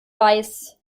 weiß